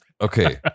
Okay